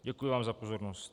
Děkuji vám za pozornost.